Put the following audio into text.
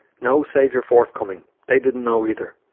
no saviour forthcoming. they didn't know either.